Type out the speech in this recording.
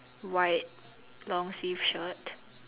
white long sleeve shirt